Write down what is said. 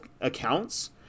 accounts